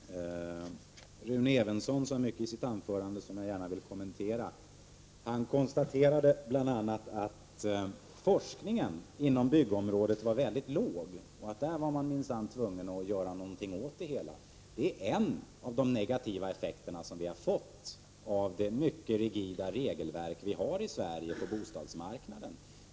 Herr talman! Rune Evensson sade mycket i sitt anförande som jag gärna vill kommentera. Han konstaterade bl.a. att det var en mycket låg nivå på forskningen inom byggområdet och att man var tvungen att göra någonting åt det. Det är en av de negativa effekterna av det mycket rigida regelverket på bostadsmarknaden i Sverige.